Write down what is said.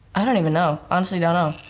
i don't even know. honestly don't know.